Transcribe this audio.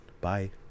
bye